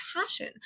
passion